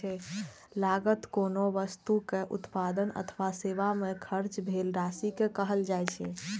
लागत कोनो वस्तुक उत्पादन अथवा सेवा मे खर्च भेल राशि कें कहल जाइ छै